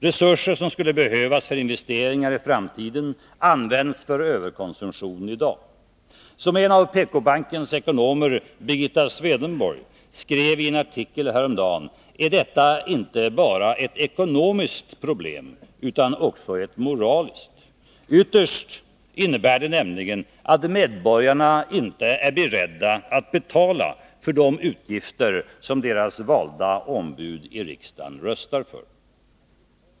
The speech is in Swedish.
Resurserna som skulle behövas för investeringar i framtiden används för överkonsumtion i dag. Som en av PK-bankens ekonomer, Birgitta Swedenborg, skrev i en artikel häromdagen är detta inte bara ett ekonomiskt problem utan också ett moraliskt. Ytterst innebär det nämligen att medborgarna inte är beredda att betala för de utgifter som deras valda ombud i riksdagen röstar för.